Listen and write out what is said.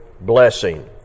blessing